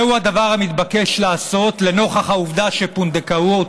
זהו הדבר המתבקש לעשות לנוכח העובדה שפונדקאות